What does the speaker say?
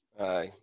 Aye